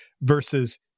versus